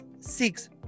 six